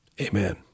Amen